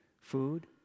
Food